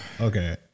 Okay